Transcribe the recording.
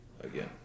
Again